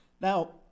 Now